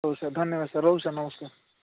ରହୁଛି ସାର୍ ଧନ୍ୟବାଦ ସାର୍ ରହୁଛି ସାର୍ ନମସ୍କାର୍